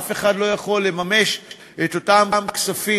אף אחד לא יכול לממש את אותם כספים,